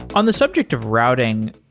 on the subject of routing,